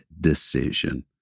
decision